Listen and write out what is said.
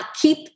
Keep